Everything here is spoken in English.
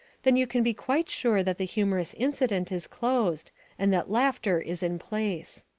then you can be quite sure that the humorous incident is closed and that laughter is in place.